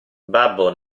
babbo